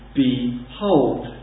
behold